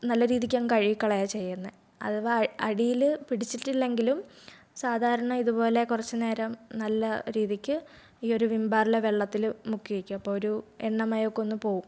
നല്ല രീതിക്കങ്ങ് കഴുകി കളയാണ് ചെയ്യുന്നത് അഥവാ അടിയിൽ പിടിച്ചിട്ടില്ലെങ്കിലും സാധാരണ ഇതുപോലെ കുറച്ചു നേരം നല്ല രീതിക്ക് ഈ ഒരു വിം ബാറിലെ വെള്ളത്തിൽ മുക്കി വെക്കും അപ്പോൾ ഒരു എണ്ണമയമൊക്കെ ഒന്ന് പോകും